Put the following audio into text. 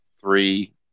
three